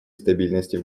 стабильности